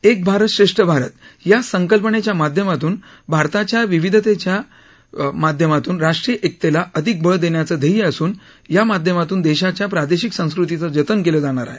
एक भारत श्रेष्ठ भारत या संकल्पनेच्या माध्यमातून भारताच्या विविधतेच्या माध्यमातून राष्ट्रीय एकतेला अधिक बळ देण्याचं ध्येय असून या माध्यमातून देशाच्या प्रादेशिक संस्कृतीचं जतन केलं जाणार आहे